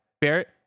barrett